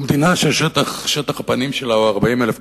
במדינה ששטח הפנים שלה הוא 40,000 קמ"ר,